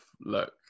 look